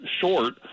short